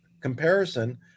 comparison